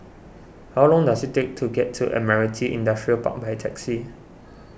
how long does it take to get to Admiralty Industrial Park by taxi